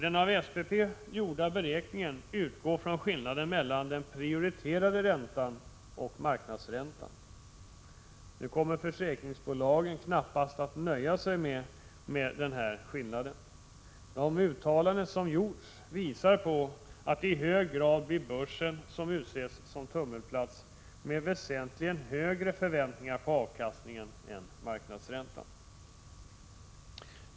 Den av SPP gjorda beräkningen utgår nämligen från skillnaden mellan den prioriterade räntan och marknadsräntan. Nu kommer försäkringsbolagen knappast att nöja sig med detta. De uttalanden som har gjorts visar att det i hög grad blir börsen som utses som tummelplats med väsentligt högre förväntningar på avkastningen än marknadsräntan.